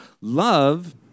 Love